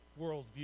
worldview